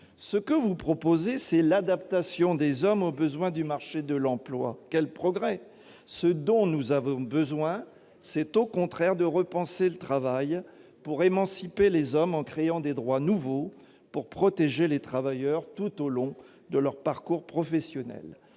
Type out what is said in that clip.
précis. Vous proposez en fait l'adaptation des hommes aux besoins du marché de l'emploi. Quel progrès ! Au contraire, nous avons plutôt besoin de repenser le travail pour émanciper les hommes en créant des droits nouveaux pour protéger les travailleurs tout au long de leur parcours professionnel.